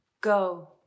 Go